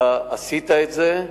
אתה עשית את זה.